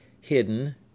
hidden